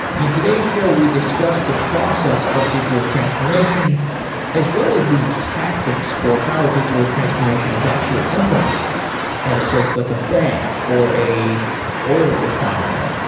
in today's show we discuss the process of digital transformation as well as the tactics for how a digital transformation is actually implemented at a place like a bank or an oil refinery.